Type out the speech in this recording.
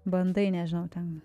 bandai nežinau ten